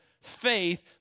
faith